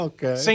Okay